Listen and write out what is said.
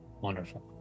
Wonderful